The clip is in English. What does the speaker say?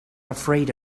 afraid